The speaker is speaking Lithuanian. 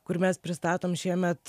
kur mes pristatom šiemet